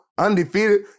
undefeated